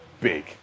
big